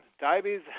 Diabetes